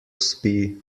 spi